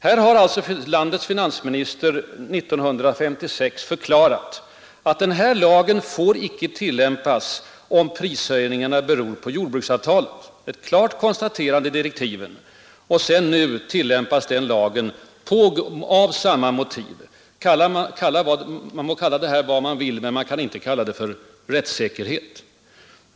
Här har alltså landets finansminister år 1956 förklarat att lagen icke får tillämpas om prishöjningarna beror på jordbruksavtalet — ett klart konstaterande i lagmotiven — men nu tillämpas lagen av just detta motiv. Man må kalla det vad man vill, men man kan inte kalla det för rättssäkerhet.